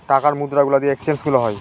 টাকার মুদ্রা গুলা দিয়ে এক্সচেঞ্জ গুলো হয়